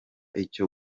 icyo